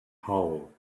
hole